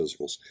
physicals